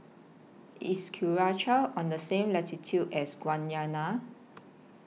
IS Curacao on The same latitude as Guyana